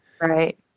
Right